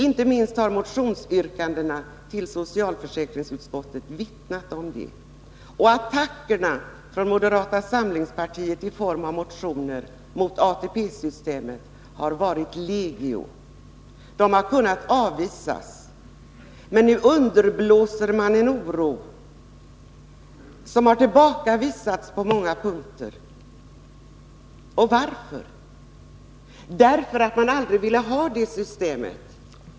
Inte minst har de motionsyrkanden som behandlats i socialförsäkringsutskottets betänkande vittnat om det. Attackerna från moderata samlingspartiet i form av motioner mot ATP-systemet har varit legio. De har kunnat avvisas, men nu underblåser man en oro som har gendrivits på många punkter. Och varför underblåser man den? Jo, därför att man aldrig har velat ha detta system.